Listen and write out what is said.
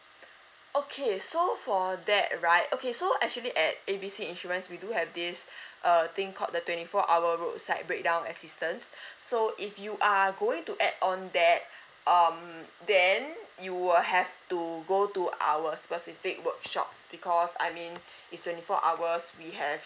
okay so for that right okay so actually at A B C insurance we do have this uh thing called the twenty four hour roadside breakdown assistance so if you are going to add on that um then you will have to go to our specific workshops because I mean it's twenty four hours we have